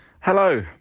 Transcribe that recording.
Hello